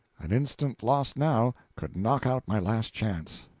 an instant lost now could knock out my last chance.